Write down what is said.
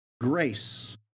Grace